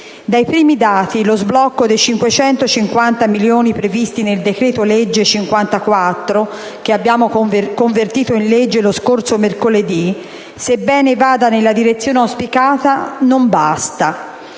Dai primi dati, lo sblocco dei 550 milioni previsti nel decreto-legge n. 54 del 2013, che abbiamo convertito in legge lo scorso mercoledì, sebbene vada nella direzione auspicata, non basta.